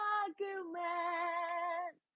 argument